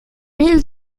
mille